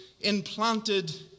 implanted